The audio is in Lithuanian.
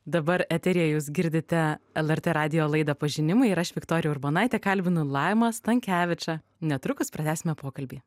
dabar eteryje jūs girdite lrt radijo laidą pažinimai ir aš viktorija urbonaitė kalbinu laimą stankevičą netrukus pratęsime pokalbį